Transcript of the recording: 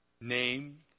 name